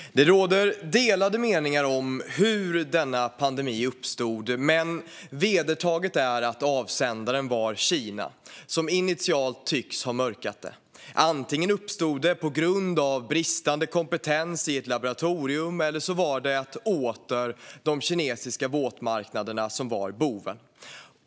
Herr talman! Det råder delade meningar om hur denna pandemi uppstod. Vedertaget är dock att avsändaren var Kina, som initialt tycks ha mörkat det. Antingen uppstod smittan på grund av bristande kompetens i ett laboratorium eller så var det återigen de kinesiska våtmarknaderna som var boven.